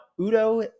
Udo